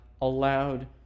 allowed